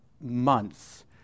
months